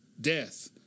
death